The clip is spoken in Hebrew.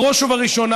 בראש ובראשונה,